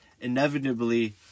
inevitably